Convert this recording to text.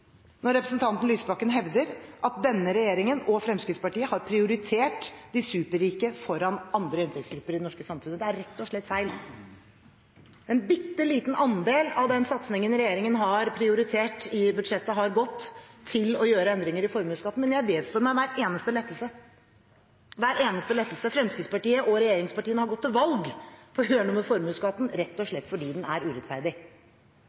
når representanten Lysbakken hevder at denne regjeringen, og Fremskrittspartiet, har prioritert de superrike foran andre inntektsgrupper i det norske samfunnet. Det er rett og slett feil. En bitte liten andel av den satsingen regjeringen har prioritert i budsjettet, har gått til å gjøre endringer i formuesskatten, men jeg vedstår meg hver eneste lettelse. Fremskrittspartiet, regjeringspartiene, har gått til valg på å gjøre noe med formuesskatten rett og slett fordi den er urettferdig.